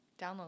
download